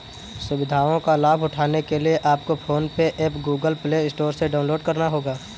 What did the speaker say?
सुविधाओं का लाभ उठाने के लिए आपको फोन पे एप गूगल प्ले स्टोर से डाउनलोड करना होगा